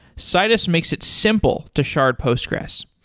citus makes it simple to shard postgres.